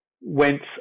went